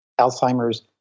Alzheimer's